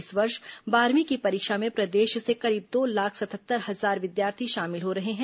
इस वर्ष बारहवीं की परीक्षा में प्रदेश से करीब दो लाख सतहत्तर हजार विद्यार्थी शामिल हो रहे हैं